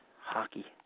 Hockey